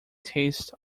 taste